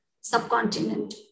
subcontinent